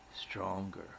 stronger